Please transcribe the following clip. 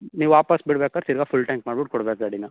ನೀವು ವಾಪಸ್ ಬಿಡ್ಬೇಕಾರೆ ತಿರ್ಗಿ ಫುಲ್ ಟ್ಯಾಂಕ್ ಮಾಡ್ಬಿಟ್ಟು ಕೊಡ್ಬೇಕು ಗಾಡಿನ